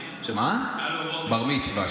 בר-מצווה.